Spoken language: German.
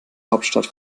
hauptstadt